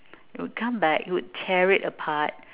he would come back he would tear it apart